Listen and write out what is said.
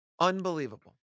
unbelievable